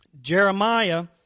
Jeremiah